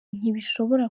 ntishobora